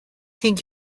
think